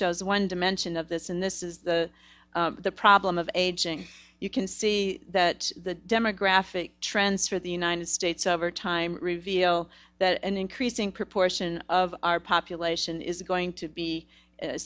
shows one dimension of this in this is the problem of aging you can see that the demographic trends for the united states over time reveal that an increasing proportion of our population is going to be a